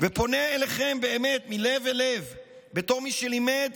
ופונה אליכם באמת מלב אל לב בתור מי שלימד